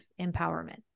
empowerment